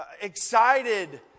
Excited